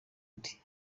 undi